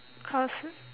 because